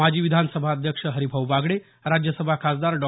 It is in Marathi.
माजी विधानसभा अध्यक्ष हरिभाऊ बागडे राज्यसभा खासदार डॉ